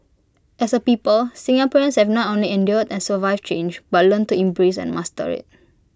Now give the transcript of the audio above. as A people Singaporeans have not only endured and survived change but learned to embrace and master IT